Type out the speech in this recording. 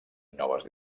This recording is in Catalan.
noves